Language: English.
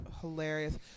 hilarious